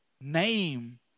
name